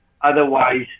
Otherwise